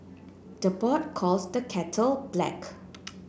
the pot calls the kettle black